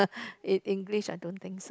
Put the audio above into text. in English I don't think so